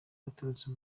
waturutse